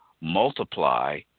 multiply